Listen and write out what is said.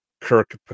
Kirk